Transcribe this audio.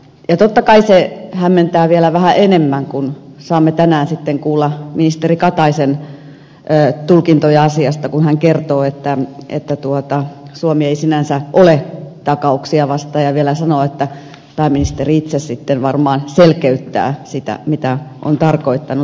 totta kai se hämmentää vielä vähän enemmän kun saamme tänään sitten kuulla ministeri kataisen tulkintoja asiasta kun hän kertoo että suomi ei sinänsä ole takauksia vastaan ja vielä sanoo että pääministeri itse sitten varmaan selkeyttää sitä mitä on tarkoittanut